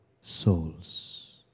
souls